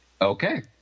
Okay